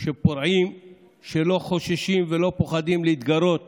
של פורעים שלא חוששים ולא פוחדים להתגרות